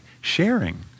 sharing